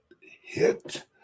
hit